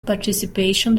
participation